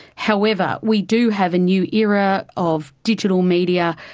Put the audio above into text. however, we do have a new era of digital media,